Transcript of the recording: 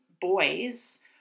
boys